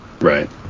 Right